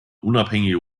unabhängige